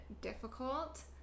difficult